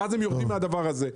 ואז הם יורדים מהדבר הזה.